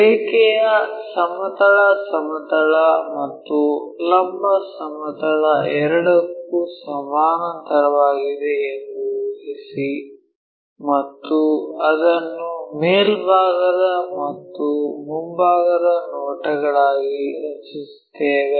ರೇಖೆಯು ಸಮತಲ ಸಮತಲ ಮತ್ತು ಲಂಬ ಸಮತಲ ಎರಡಕ್ಕೂ ಸಮಾನಾಂತರವಾಗಿದೆ ಎಂದು ಊಹಿಸಿ ಮತ್ತು ಅದನ್ನು ಮೇಲ್ಭಾಗದ ಮತ್ತು ಮುಂಭಾಗದ ನೋಟಗಳಾಗಿ ರಚಿಸುತ್ತೇವೆ